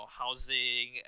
housing